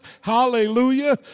Hallelujah